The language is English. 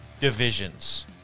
divisions